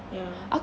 ya